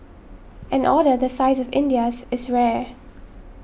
an order the size of India's is rare